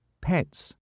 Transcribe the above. Pets